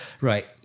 right